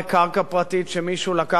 שמישהו לקח אותה לידיים,